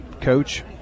coach